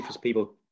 people